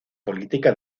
política